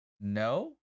No